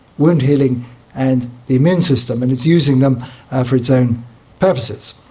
wound healing and the immune system, and it's using them for its own purposes.